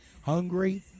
hungry